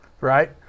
Right